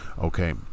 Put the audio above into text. okay